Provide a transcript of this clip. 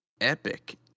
epic